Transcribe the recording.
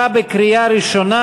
שתקבע ועדת הכנסת נתקבלה.